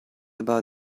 about